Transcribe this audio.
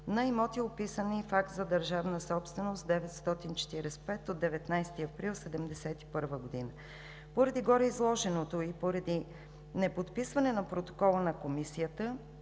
на имоти, описани в акт за държавна собственост № 945 от 19 април 1971 г. Поради гореизложеното и поради неподписване на протокола на Комисията